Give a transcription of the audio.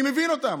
אני מבין אותם.